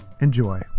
Enjoy